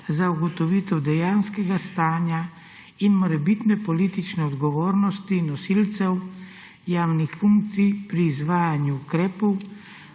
za ugotovitev dejanskega stanja in morebitne politične odgovornosti nosilcev javnih funkcij pri izvajanju ukrepov,